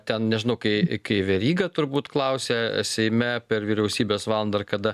ten nežinau kai kai veryga turbūt klausė seime per vyriausybės valandą ar kada